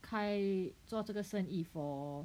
开做这个生意 for